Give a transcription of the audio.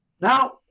Now